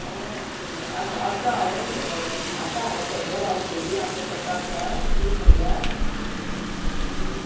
आतां आतां हांवें आतां हांवें सद्या भाजलेली आतां कथा आसा ती म्हणल्यार